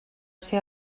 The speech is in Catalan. ser